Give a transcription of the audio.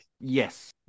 Yes